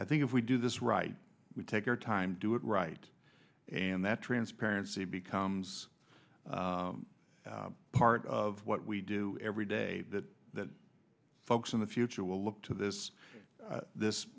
i think if we do this right we take our time to do it right and that transparency becomes part of what we do every day that folks in the future will look to this this